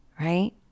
right